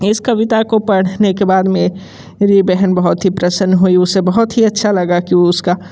इस कविता को पढ़ने के बाद में मेरी बहन बहुत ही प्रसन्न हुई उसे बहुत ही अच्छा लगा कि उसका